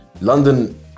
London